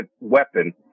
weapon